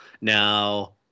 Now